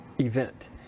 event